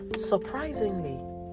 Surprisingly